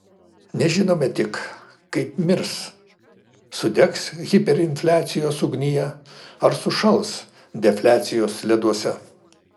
nežinome tik kaip mirs sudegs hiperinfliacijos ugnyje ar sušals defliacijos leduose